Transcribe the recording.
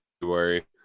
February